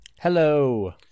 Hello